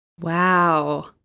Wow